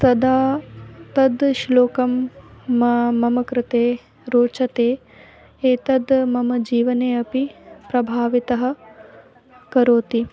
तदा तद् श्लोकं मा मम कृते रोचते एतद् मम जीवने अपि प्रभावितः करोति